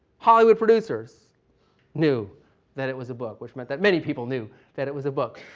hollywood producers knew that it was a book, which meant that many people knew that it was a book.